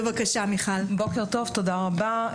בוקר טוב, תודה רבה.